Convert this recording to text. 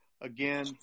again